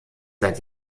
seit